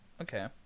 Okay